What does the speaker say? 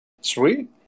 Sweet